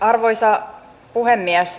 arvoisa puhemies